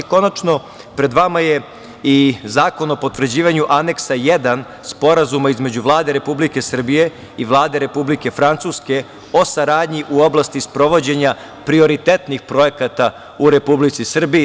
Konačno, pred vama je i Zakon o potvrđivanju Aneksa 1 Sporazuma između Vlade Republike Srbije i Vlade Republike Francuske o saradnji u oblasti sprovođenja prioritetnih projekata u Republici Srbiji.